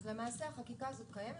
למעשה, החקיקה הזו קיימת.